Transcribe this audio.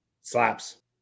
Slaps